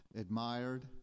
admired